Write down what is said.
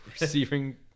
receiving